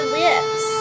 lips